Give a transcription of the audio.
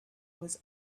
was